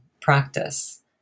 practice